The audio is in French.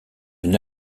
une